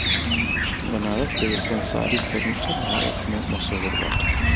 बनारस के रेशम के साड़ी समूचा भारत में मशहूर बाटे